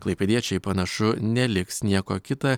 klaipėdiečiai panašu neliks nieko kita